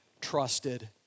trusted